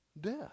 death